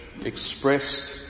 expressed